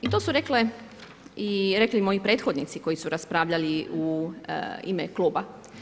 I to su rekle i rekli moji prethodnici koji su raspravljali u ime kluba.